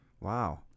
wow